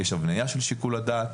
יש הבנייה של שיקול הדעת.